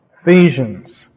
Ephesians